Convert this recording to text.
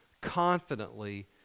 confidently